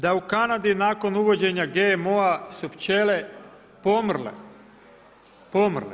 Da u Kanadi nakon uvođenja GMO-a su pčele pomrle.